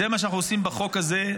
לכן מה שאנחנו עושים בחוק הזה,